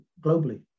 globally